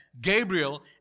Gabriel